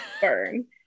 burn